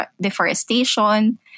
deforestation